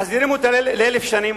מחזירים אותה ל-1,000 שנים,